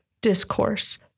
discourse